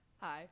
Hi